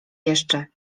jeszcze